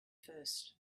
first